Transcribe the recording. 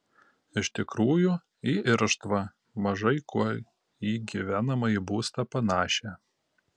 iš tikrųjų į irštvą mažai kuo į gyvenamąjį būstą panašią